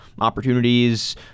opportunities